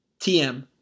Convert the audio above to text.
TM